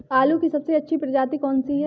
आलू की सबसे अच्छी प्रजाति कौन सी है?